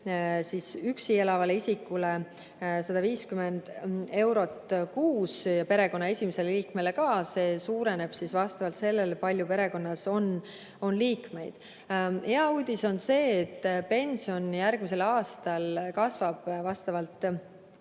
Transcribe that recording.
üksi elavale inimesele 150 eurot kuus ja perekonna esimesele liikmele ka. See suureneb vastavalt sellele, kui palju perekonnas liikmeid on. Hea uudis on see, et pension järgmisel aastal kasvab vastavalt